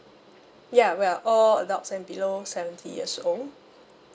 ya we're all adults and below seventy years old